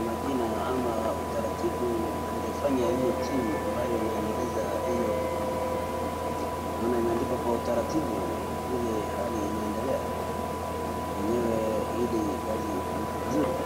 majina ama utaratibu wangefanya hiyo team ambayo inaendeleza hiyo mambo. Naona imeandikwa kwa utaratibu vile hali inaendelea enyewe ili kazi ifanyike vizuri.